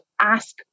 ask